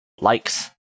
likes